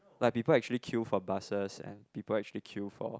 like people actually queue for buses and people actually queue for